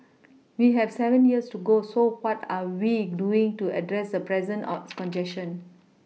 we have seven years to go so what are we doing to address the present are congestion